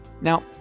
Now